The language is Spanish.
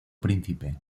príncipe